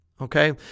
Okay